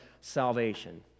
salvation